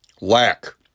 lack